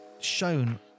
shown